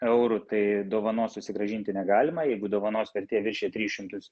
eurų tai dovanos susigrąžinti negalima jeigu dovanos vertė viršija tris šimtus